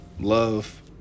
love